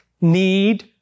need